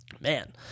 man